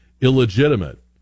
illegitimate